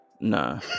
Nah